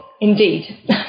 Indeed